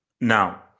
Now